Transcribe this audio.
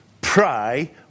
pray